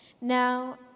Now